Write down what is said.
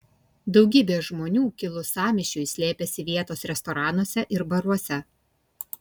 daugybė žmonių kilus sąmyšiui slėpėsi vietos restoranuose ir baruose